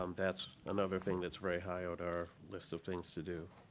um that's another thing that's very high on our list of things to do.